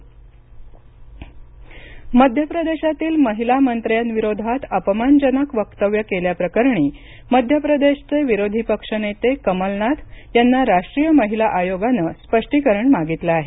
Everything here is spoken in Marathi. कमलनाथ महिला आयोग मध्य प्रदेशातील महिला मंत्र्यांविरोधात अपमानजनक वक्तव्य केल्या प्रकरणी मध्य प्रदेशचे विरोधी पक्ष नेते कमलनाथ यांना राष्ट्रीय महिला आयोगानं स्पष्टीकरण मागितलं आहे